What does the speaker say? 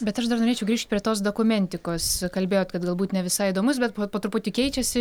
bet aš dar norėčiau grįžt prie tos dokumentikos kalbėjot kad galbūt ne visai įdomus bet po truputį keičiasi